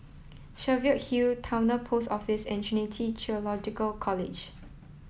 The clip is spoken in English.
Cheviot Hill Towner Post Office and Trinity Theological College